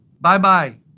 Bye-bye